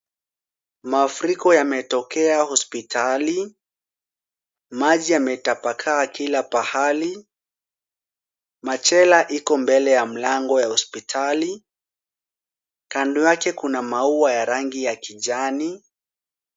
Mafuriko yametokea hospitali, maji yametapakaa kila pahali. Machela ipo mbele ya mlango wa hospitali. Kando yake, kuna maua ya rangi ya kijani.